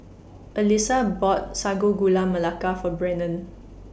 Alysa bought Sago Gula Melaka For Brennon